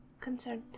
concerned